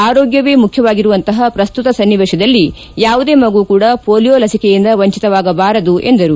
ಆರೋಗ್ಗವೆ ಮುಖ್ಯವಾಗಿರುವಂತಹ ಪ್ರಸ್ತುತ ಸನ್ನಿವೇಶದಲ್ಲಿ ಯಾವುದೇ ಮಗು ಕೂಡಾ ಪೊಲಿಯೊ ಲಸಿಕೆಯಿಂದ ವಂಚಿತರಾಗಬಾರದು ಎಂದರು